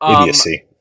Idiocy